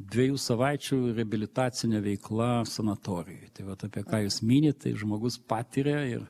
dviejų savaičių reabilitacine veikla sanatorijoj tai vat apie ką jūs minit tai žmogus patiria ir